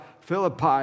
Philippi